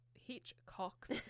Hitchcock's